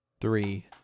Three